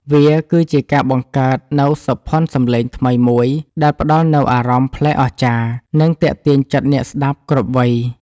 វាគឺជាការបង្កើតនូវសោភ័ណសំឡេងថ្មីមួយ ដែលផ្ដល់នូវអារម្មណ៍ប្លែកអស្ចារ្យ និងទាក់ទាញចិត្តអ្នកស្ដាប់គ្រប់វ័យ។